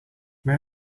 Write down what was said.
may